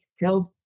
Health